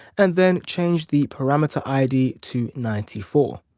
and then change the parameter id to ninety four.